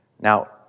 Now